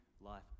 life